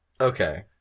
Okay